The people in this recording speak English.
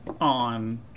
on